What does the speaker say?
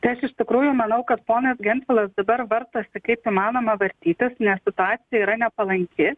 tai aš iš tikrųjų manau kad ponas gentvilas dabar vartosi kaip įmanoma vartytis nes situacija yra nepalanki